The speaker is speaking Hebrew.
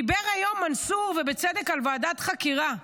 דיבר היום מנסור על ועדת חקירה ובצדק,